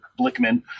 Blickman